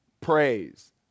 Praise